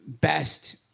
best